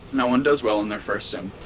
no one does well on their first sim.